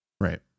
Right